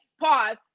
pause